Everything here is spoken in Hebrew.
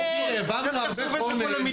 איך זה עובד בכל המדינות.